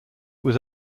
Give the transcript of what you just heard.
was